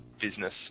business